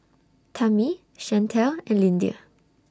Tami Chantelle and Lyndia